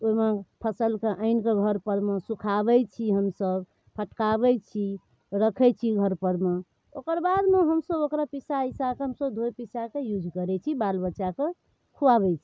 ओहिमे फसल कऽ आनि कऽ घर परमे सुखाबैत छी हमसब फटकाबैत छी रखैत छी घर परमे ओकर बादमे हमसब ओकरा पीसा तीसा कऽ हमसब धोए पीसा कऽ यूज करैत छी बाल बच्चाके खुआबैत छी